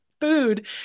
food